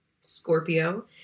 Scorpio